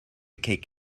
cake